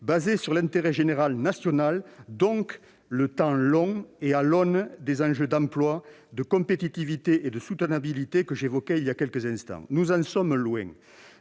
fondé sur l'intérêt général et national, autrement dit le temps long, et à l'aune des enjeux de l'emploi, de la compétitivité et de la soutenabilité que j'évoquais il y a quelques instants. Nous en sommes loin.